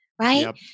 right